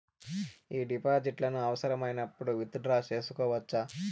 ఈ డిపాజిట్లను అవసరమైనప్పుడు విత్ డ్రా సేసుకోవచ్చా?